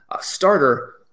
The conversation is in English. starter